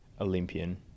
Olympian